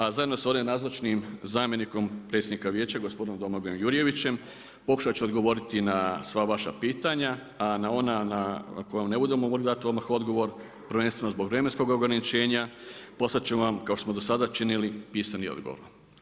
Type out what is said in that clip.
A zajedno sa ovdje nazočnim zamjenikom predsjednika Vijeća gospodinom Domagojem Jurjevićem pokušat ću odgovoriti na sva vaša pitanja a na ona na koja vam ne budemo mogli dati odmah odgovor prvenstveno zbog vremenskog ograničenja poslat ćemo vam kao što smo do sada činili pisani odgovor.